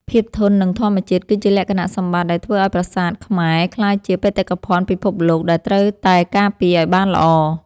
ភាពធន់នឹងធម្មជាតិគឺជាលក្ខណៈសម្បត្តិដែលធ្វើឱ្យប្រាសាទខ្មែរក្លាយជាបេតិកភណ្ឌពិភពលោកដែលត្រូវតែការពារឱ្យបានល្អ។